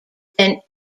than